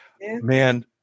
Man